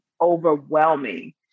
overwhelming